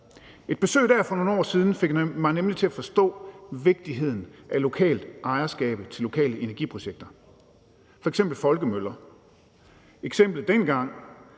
på årets finanslov – fik mig nemlig til at forstå vigtigheden af lokalt ejerskab til lokale energiprojekter, f.eks. folkemøller. Eksemplet dengang